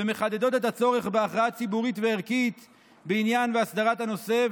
ומחדדות את הצורך בהכרעה ציבורית וערכית בעניין ובהסדרת הנושא,